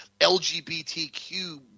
LGBTQ